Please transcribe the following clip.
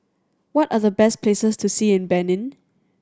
what are the best places to see in Benin